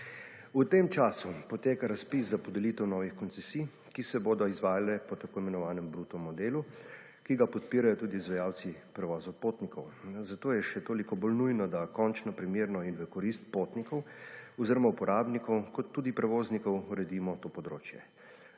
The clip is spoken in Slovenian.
V tem času poteka razpis za podelitev novih koncesij, ki se bodo izvajale po tako imenovanem bruto modelu, ki ga podpirajo tudi izvajalci prevoza potnikov, zato je še toliko bolj nujno, da končno primerno in v korist potnikov oziroma uporabnikov, kot tudi prevoznikov, uredimo to področje.